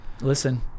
listen